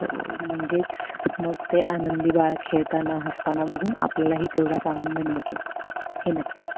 हो म्हणजेच मग ते आनंदी बाळ खेळताना हसताना बघून आपल्यालाही तेवढाच आनंद मिळतो हे नक्की